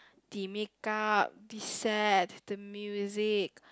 the make up the sets the music